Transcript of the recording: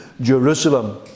Jerusalem